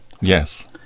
Yes